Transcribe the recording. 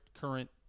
current